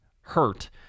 hurt